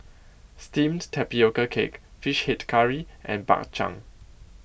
Steamed Tapioca Cake Fish Head Curry and Bak Chang